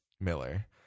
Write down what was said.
Miller